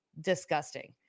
disgusting